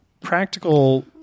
practical